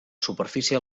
superfície